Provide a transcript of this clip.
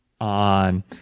on